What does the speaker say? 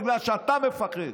בגלל שאתה מפחד.